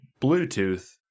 Bluetooth